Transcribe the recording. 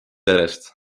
järjest